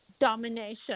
domination